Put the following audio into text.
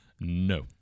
No